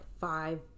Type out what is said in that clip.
five